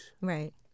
Right